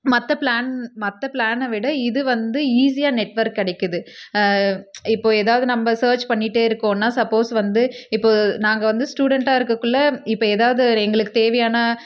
மற்ற ப்ளான் மற்ற ப்ளானை விட இது வந்து ஈஸியாக நெட்வொர்க் கிடைக்கிது இப்போ ஏதாவது நம்ப சர்ச் பண்ணிகிட்டே இருக்கோன்னால் சப்போஸ் வந்து இப்போ நாங்கள் வந்து ஸ்டூடண்ட்டாக இருக்கக்குள்ளே இப்போ ஏதாவது ஒரு எங்களுக்கு தேவையான